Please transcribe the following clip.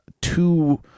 two